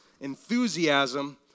enthusiasm